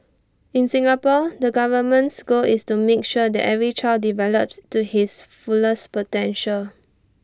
in Singapore the government's goal is to make sure that every child develops to his fullest potential